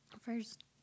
first